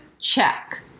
check